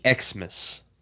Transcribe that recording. Xmas